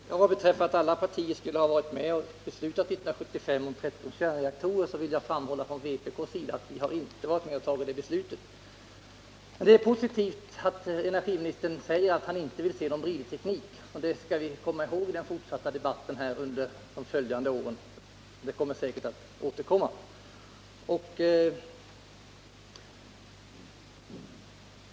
Herr talman! Vad beträffar att alla partier skulle ha varit med om beslutet 1975 om 13 kärnreaktorer vill jag framhålla att vpk inte har varit med om att ta det beslutet. Det är positivt att energiministern säger att han inte vill se någon bridteknik, och det skall vi komma ihåg i den fortsatta debatten under de kommande åren — debatten återkommer säkert.